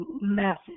massive